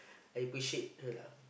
I appreciate her lah